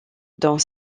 dans